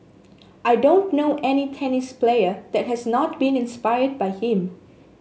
I don't know any tennis player that has not been inspired by him